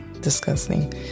disgusting